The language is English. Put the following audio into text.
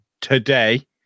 Today